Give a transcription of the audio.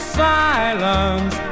silence